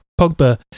Pogba